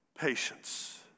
patience